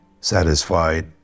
satisfied